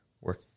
work